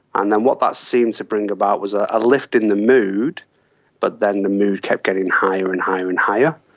and then what that seemed to bring about was a lift in the moot but then the mood kept getting higher and higher and higher,